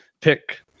pick